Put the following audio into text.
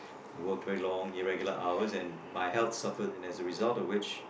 I work very long irregular hours and my health suffers in as a result of which